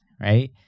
right